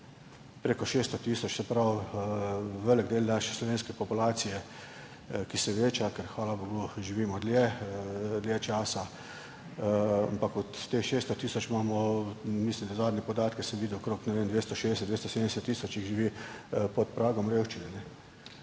prek 600 tisoč, se pravi velik del naše slovenske populacije, ki se veča, ker, hvala bogu, živimo dlje časa. Ampak od teh 600 tisoč jih, mislim, da sem zadnje podatke videl, okrog, ne vem, 260 tisoč, 270 tisoč živi pod pragom revščine.